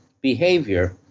behavior